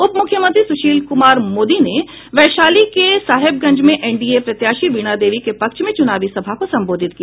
उपमुख्यमंत्री सुशील कुमार मोदी ने वैशाली के साहेबगंज में एनडीए प्रत्याशी वीणा देवी के पक्ष में चुनावी सभा को संबोधित किया